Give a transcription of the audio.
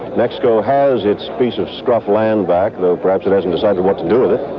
mexico has its piece of scruff land back though perhaps it hasn't decided what to do with it.